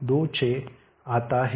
तो यह 1726 आता है